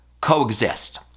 coexist